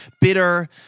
Bitter